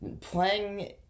Playing